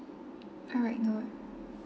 alright no wor~